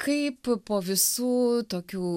kaip po visų tokių